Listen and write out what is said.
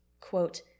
quote